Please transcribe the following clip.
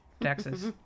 Texas